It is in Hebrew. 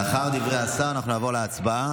לאחר דברי השר אנחנו נעבור להצבעה,